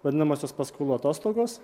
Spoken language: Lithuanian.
vadinamosios paskolų atostogos